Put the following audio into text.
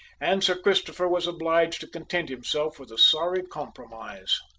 and sir christopher was obliged to content himself with a sorry compromise.